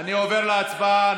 אני עובר להצבעה.